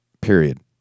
period